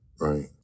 right